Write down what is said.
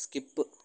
skip